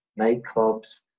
nightclubs